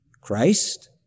Christ